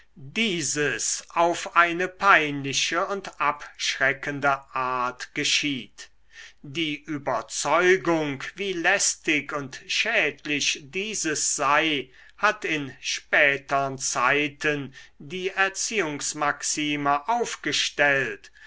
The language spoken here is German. dieses auf eine peinliche und abschreckende art geschieht die überzeugung wie lästig und schädlich dieses sei hat in spätern zeiten die erziehungsmaxime aufgestellt